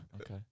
Okay